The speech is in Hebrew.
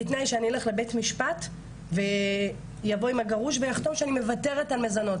בתנאי שאני ילך לבית משפט ויבוא עם הגרוש ויחתום שאני מוותרת על מזונות,